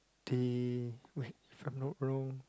teh wait if I'm not wrong